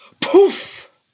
Poof